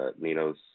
Nino's